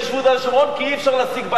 כי אי-אפשר להשיג בית ביהודה ושומרון,